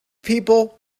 people